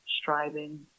striving